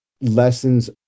lessons